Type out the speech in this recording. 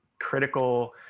critical